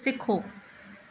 सिखो